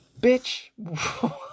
Bitch